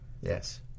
yes